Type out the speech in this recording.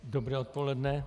Dobré odpoledne.